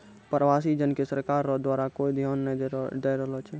प्रवासी जन के सरकार रो द्वारा कोय ध्यान नै दैय रहलो छै